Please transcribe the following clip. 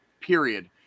period